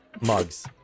mugs